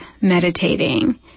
meditating